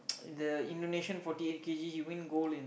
the Indonesian forty eight K_G he win gold in